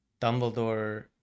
Dumbledore